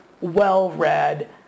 well-read